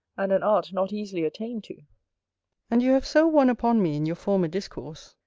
and an art not easily attained to and you have so won upon me in your former discourse,